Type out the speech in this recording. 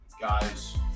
Guys